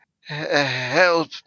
help